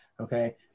okay